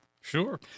Sure